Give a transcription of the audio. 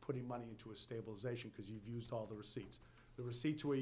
putting money into a stabilization because you've used all the receipts the receipts were